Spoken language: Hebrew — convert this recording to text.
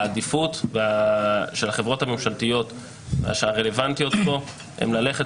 העדיפות של החברות הממשלתיות הרלוונטיות פה היא ללכת